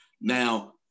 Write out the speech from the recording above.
Now